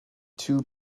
two